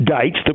dates